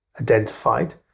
identified